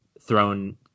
thrown